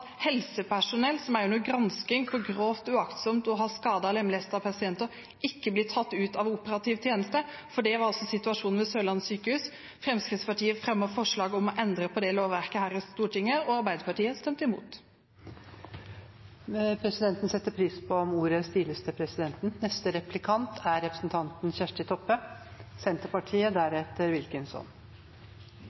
helsepersonell som er under gransking for grovt uaktsomt å ha skadet og lemlestet pasienter, ikke blir tatt ut av operativ tjeneste? Det var altså situasjonen ved Sørlandet sykehus. Fremskrittspartiet fremmet forslag om å endre på det lovverket her i Stortinget, og Arbeiderpartiet stemte imot. Presidenten setter pris på om ordet stiles til presidenten.